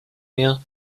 mehr